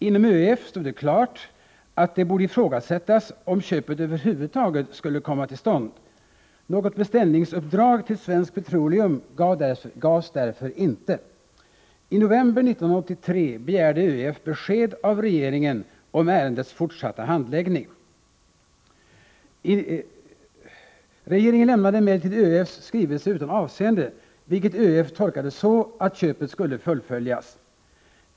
Inom ÖEF stod det klart att det borde ifrågasättas om köpet över huvud taget skulle komma till stånd. Något beställningsuppdrag till Svenska Petroleum gavs därför inte. I november 1983 begärde ÖEF besked av regeringen om ärendets fortsatta handläggning. Regeringen lämnade emellertid ÖEF:s skrivelse utan avseende, vilket ÖEF tolkade så att köpet skulle fullföljas.